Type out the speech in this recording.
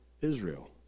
Israel